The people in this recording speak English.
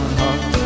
heart